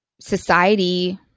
society –